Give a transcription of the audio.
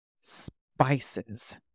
spices